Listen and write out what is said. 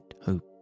hope